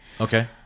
Okay